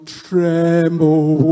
tremble